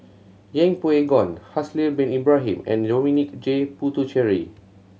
Yeng Pway Ngon Haslir Bin Ibrahim and Dominic J Puthucheary